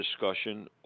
discussion